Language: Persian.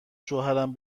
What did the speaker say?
شوهرم